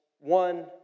one